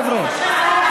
חבר'ה.